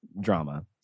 drama